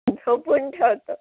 झोपून ठेवतो